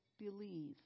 believe